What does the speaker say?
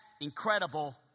incredible